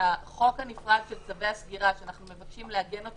שהחוק הנפרד של צווי הסגירה שאנחנו מבקשים לעגן אותו